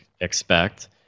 expect